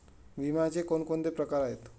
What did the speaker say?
विम्याचे कोणकोणते प्रकार आहेत?